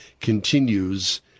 continues